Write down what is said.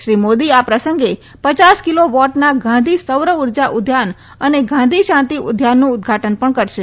શ્રી મોદી આ પ્રસંગે પયાસ કિલો વોટના ગાંધી સૌરઉર્જા ઉદ્યાન અને ગાંધી શાંતી ઉદ્યાનનું ઉદઘાટન પણ કરશે